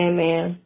Amen